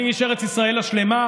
אני איש ארץ ישראל השלמה.